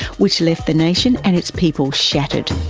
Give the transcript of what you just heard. which left the nation and its people shattered.